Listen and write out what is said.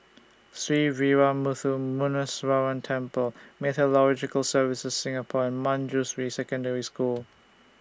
Sree Veeramuthu Muneeswaran Temple Meteorological Services Singapore and Manjusri Secondary School